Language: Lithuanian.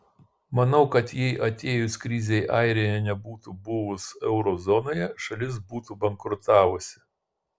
manau kad jei atėjus krizei airija nebūtų buvus euro zonoje šalis būtų bankrutavusi